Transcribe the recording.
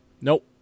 Nope